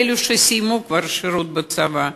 על אלו שסיימו כבר שירות בצבא.